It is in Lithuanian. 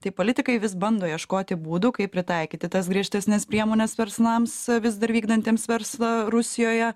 tai politikai vis bando ieškoti būdų kaip pritaikyti tas griežtesnes priemones verslams vis dar vykdantiems verslą rusijoje